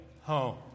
Home